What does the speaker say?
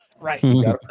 right